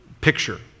picture